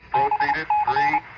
i